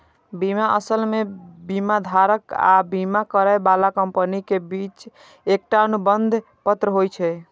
बीमा असल मे बीमाधारक आ बीमा करै बला कंपनी के बीच एकटा अनुबंध पत्र होइ छै